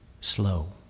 slow